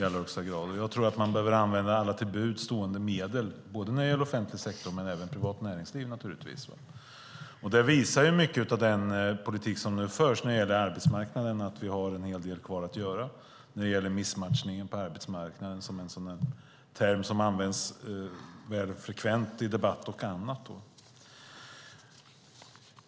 Jag tror att man behöver använda alla till buds stående medel inom både offentlig sektor och naturligtvis privat näringsliv. Den politik som förs när det gäller arbetsmarknaden visar att vi har en hel del kvar att göra bland annat vad gäller missmatchningen på arbetsmarknaden, en term som används frekvent i debatten.